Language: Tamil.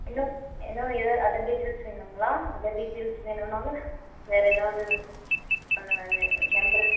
இன்னும் இன்னும் இதை அதர் டீட்டெயில்ஸ் வேணும்ங்களா அதர் டீட்டெயில்ஸ் வேணுனாலும் வேறு ஏதாவது